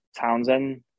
Townsend